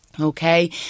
Okay